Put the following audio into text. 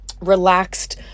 relaxed